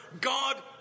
God